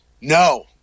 No